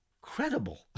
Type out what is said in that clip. credible